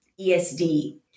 ESD